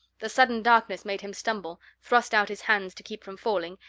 the sudden darkness made him stumble, thrust out his hands to keep from falling,